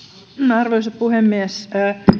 arvoisa puhemies